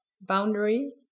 boundary